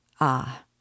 Ah